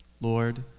Lord